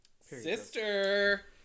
Sister